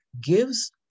gives